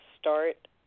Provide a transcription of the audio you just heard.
start